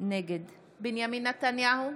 נגד בנימין נתניהו,